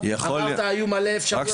היו מלא אפשרויות,